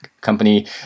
company